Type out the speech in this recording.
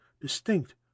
distinct